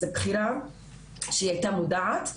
הבחירה שהיתה מודעת,